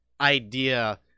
idea